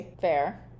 Fair